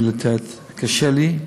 למי לתת קשה לי,